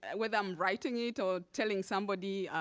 and whether i'm writing it or telling somebody,